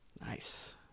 Nice